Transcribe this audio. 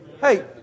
Hey